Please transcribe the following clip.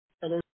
hello